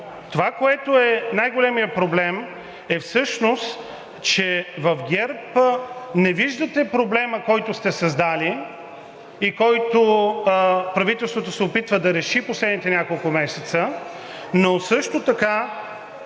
това, което е най-големият проблем, е всъщност, че в ГЕРБ не виждате проблема, който сте създали и който правителството се опитва да реши последните няколко месеца, но също така